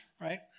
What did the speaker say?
right